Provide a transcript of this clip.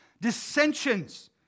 Dissensions